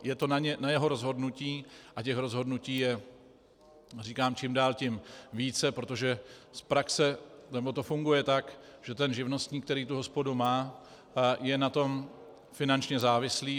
Je to na jeho rozhodnutí a těch rozhodnutí je čím dál tím více, protože z praxe nebo to funguje tak, že živnostník, který tu hospodu má, je na tom finančně závislý.